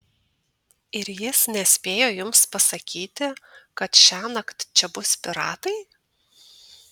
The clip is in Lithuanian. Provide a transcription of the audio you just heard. ir jis nespėjo jums pasakyti kad šiąnakt čia bus piratai